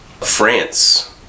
France